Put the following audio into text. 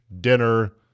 dinner